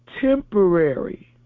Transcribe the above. temporary